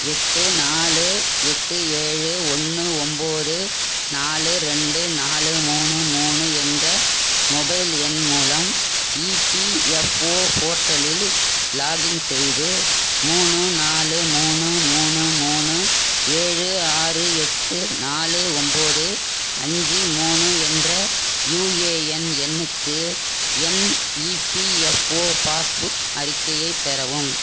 எட்டு நாலு எட்டு ஏழு ஒன்று ஒம்போது நாலு ரெண்டு நாலு மூணு மூணு என்ற மொபைல் எண் மூலம் இபிஎஃப்ஒ போர்ட்டலில் லாக்இன் செய்து மூணு நாலு மூணு மூணு மூணு ஏழு ஆறு எட்டு நாலு ஒம்போது அஞ்சு மூணு என்ற யுஏஎன் எண்ணுக்கு என் இபிஎஃப்ஒ பாஸ்புக் அறிக்கையை பெறவும்